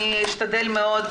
אשתדל מאוד,